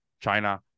China